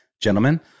gentlemen